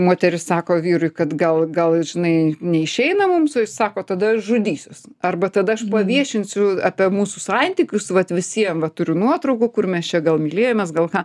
moteris sako vyrui kad gal gal žinai neišeina mums o jis sako tada žudysiuos arba tada aš paviešinsiu apie mūsų santykius vat visiem va turiu nuotraukų kur mes čia gal mylėjomės gal ką